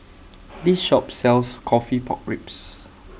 This Shop sells Coffee Pork Ribs